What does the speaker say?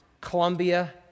Colombia